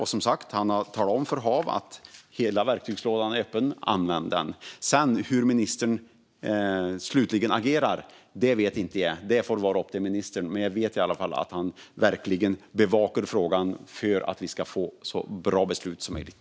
Och han har som sagt talat om för HaV att hela verktygslådan är öppen och att man ska använda den. Hur ministern sedan slutligen agerar vet inte jag. Det får vara upp till ministern. Men jag vet i alla fall att han verkligen bevakar frågan för att vi ska få så bra beslut som möjligt.